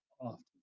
often